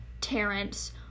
Terrence